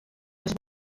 les